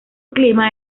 clima